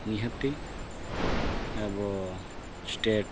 ᱱᱤᱦᱟᱹᱛ ᱟᱵᱚ ᱥᱴᱮᱴ